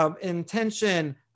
intention